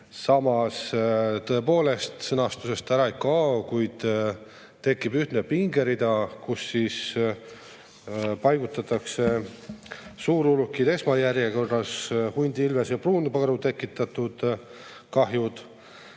Samas tõepoolest, sõnastusest ta ära ei kao, kuid tekib ühtne pingerida, kuhu siis paigutatakse suurulukid esmajärjekorras: hundi, ilvese ja pruunkaru tekitatud kahjud.